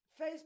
Facebook